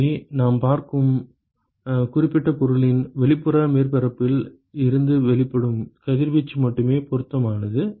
எனவே நாம் பார்க்கும் குறிப்பிட்ட பொருளின் வெளிப்புற மேற்பரப்பில் இருந்து வெளிப்படும் கதிர்வீச்சு மட்டுமே பொருத்தமானது